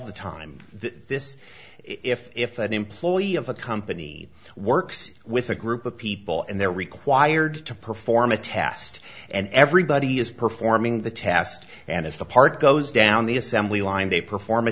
the time this if if an employee of a company works with a group of people and they're required to perform a test and everybody is performing the test and as the part goes down the assembly line they perform a